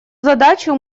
задачу